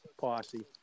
Posse